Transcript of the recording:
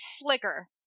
flicker